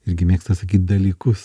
irgi mėgsta sakyti dalykus